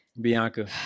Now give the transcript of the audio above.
Bianca